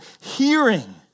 hearing